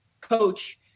coach